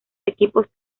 equipos